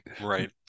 Right